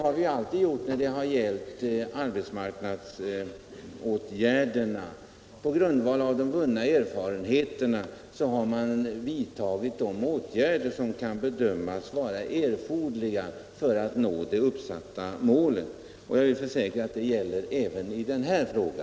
Så har vi alltid gjort när det gällt arbetsmarknadsåtgärder. På grundval av de vunna erfarenheterna har man vidtagit de åtgärder som bedömts vara erforderliga för att nå det uppsatta målet. Jag vill försäkra att det gäller även i denna fråga.